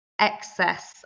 excess